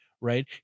right